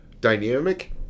dynamic